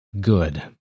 Good